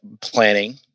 planning